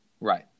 Right